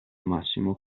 massimo